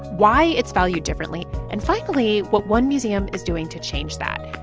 why it's valued differently and finally, what one museum is doing to change that.